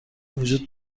وجود